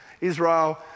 Israel